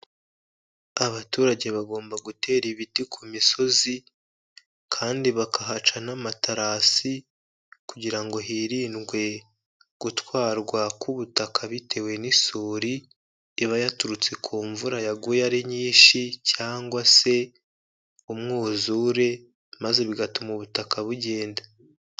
Abaturage bagomba gutera ibiti ku misozi, kandi bakahaca n'amaterasi kugira ngo hirindwe gutwarwa k'ubutaka bitewe n'isuri iba yaturutse ku mvura yaguye ari nyinshi cyangwa se umwuzure, maze bigatuma ubutaka bugenda.